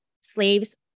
slaves